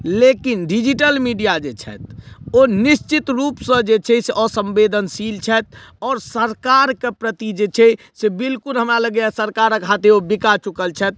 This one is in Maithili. लेकिन डिजिटल मीडिया जे छथि ओ निश्चित रूपसँ जे छै से असंवेदनशील छथि आओर सरकारके प्रति जे छै से बिलकुल हमरा लगइए सरकारक हाथे ओ बिका चुकल छथि